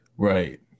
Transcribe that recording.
Right